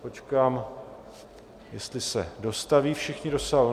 Počkám, jestli se dostaví všichni do sálu.